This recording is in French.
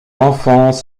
enfants